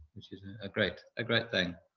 which is a great a great thing.